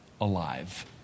alive